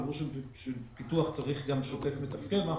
בשביל פיתוח צריך גם שוטף מתפקד ואנחנו